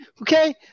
okay